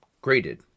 Graded